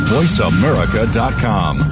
voiceamerica.com